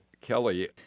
Kelly